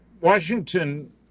Washington